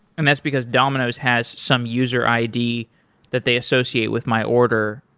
and that's because domino's has some user id that they associate with my order,